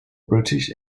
british